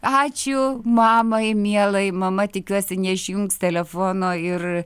ačiū mamai mielai mama tikiuosi neišjungs telefono ir